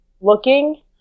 looking